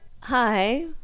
Hi